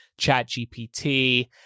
ChatGPT